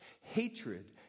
hatred